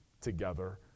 together